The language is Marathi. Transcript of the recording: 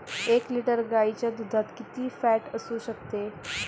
एक लिटर गाईच्या दुधात किती फॅट असू शकते?